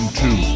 two